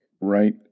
Right